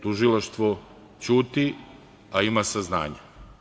Tužilaštvo ćuti, a ima saznanja.